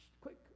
quick